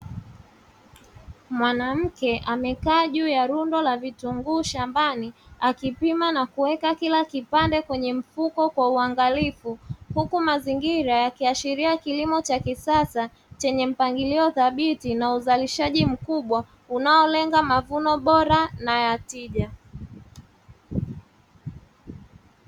Mwanamke amekaa juu ya rundo la vitunguu shambani akipima na kuweka kila kipande kwenye mfuko kwa uangalifu, huku mazingira yakiashiria kilimo cha kisasa chenye mpangilio thabiti na uzalishaji mkubwa unaolenga mavuno bora na ya tija.